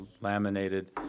laminated